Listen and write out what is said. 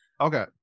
Okay